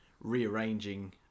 ...rearranging